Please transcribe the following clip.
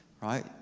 right